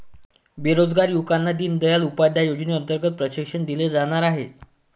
बेरोजगार युवकांना दीनदयाल उपाध्याय योजनेअंतर्गत प्रशिक्षण दिले जाणार आहे